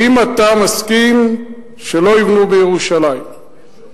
האם אתה מסכים שלא יבנו בירושלים, בשום, כן.